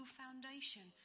foundation